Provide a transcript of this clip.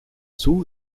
zhu